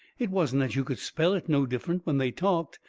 it wasn't that you could spell it no different when they talked,